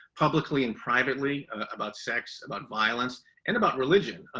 publicly and privately about sex, about violence and about religion.